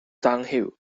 downhill